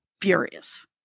furious